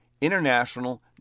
International